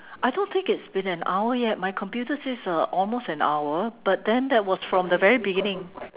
I don't think it's been an hour yet my computer says uh almost an hour but then that was from the very beginning